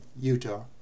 Utah